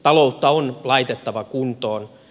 taloutta on laitettava kuntoon